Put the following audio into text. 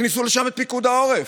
תכניסו לשם את פיקוד העורף.